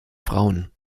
frauen